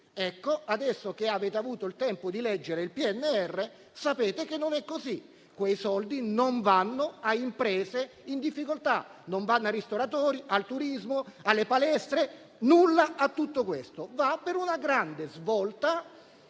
Ebbene, adesso che avete avuto il tempo di leggere il PNRR, sapete che non è così. Quei soldi non vanno alle imprese in difficoltà, non vanno ai ristoratori, al turismo, alle palestre; nulla di tutto questo. Servono per una grande svolta